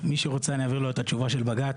מי שרוצה, אני אעביר לו את התשובה של בג"ץ.